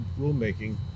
rulemaking